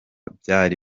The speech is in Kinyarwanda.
byari